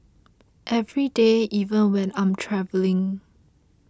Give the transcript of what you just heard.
every day even when I'm travelling